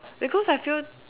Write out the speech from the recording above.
because I feel